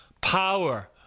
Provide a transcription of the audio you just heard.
power